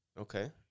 Okay